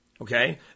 Okay